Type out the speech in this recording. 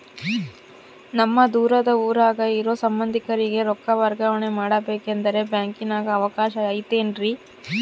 ನಮ್ಮ ದೂರದ ಊರಾಗ ಇರೋ ಸಂಬಂಧಿಕರಿಗೆ ರೊಕ್ಕ ವರ್ಗಾವಣೆ ಮಾಡಬೇಕೆಂದರೆ ಬ್ಯಾಂಕಿನಾಗೆ ಅವಕಾಶ ಐತೇನ್ರಿ?